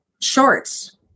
shorts